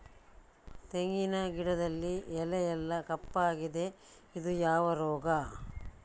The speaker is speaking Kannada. ತೆಂಗಿನ ಗಿಡದಲ್ಲಿ ಎಲೆ ಎಲ್ಲಾ ಕಪ್ಪಾಗಿದೆ ಇದು ಯಾವ ರೋಗ?